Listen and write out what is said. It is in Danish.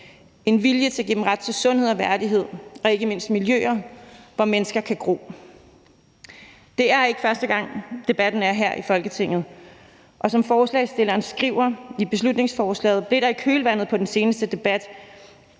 en vilje til at give dem ret til sundhed og værdighed og ikke mindst miljøer, hvor mennesker kan gro. Det er ikke første gang, at der er en debat om det her i Folketinget, og som forslagsstillerne skriver i beslutningsforslaget, blev der i kølvandet på den seneste debat